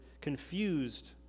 confused